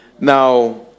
Now